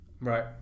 right